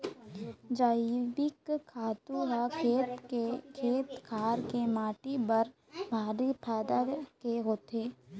जइविक खातू ह खेत खार के माटी बर भारी फायदा के होथे